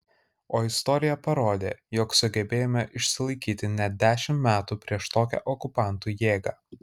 o istorija parodė jog sugebėjome išsilaikyti net dešimt metų prieš tokią okupantų jėgą